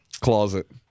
closet